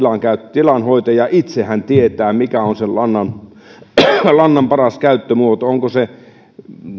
tilanhoitaja itse tietää mikä on sen lannan paras käyttömuoto onko se